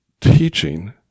teaching